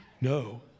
no